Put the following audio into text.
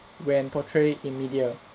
when portrayed in media